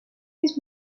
his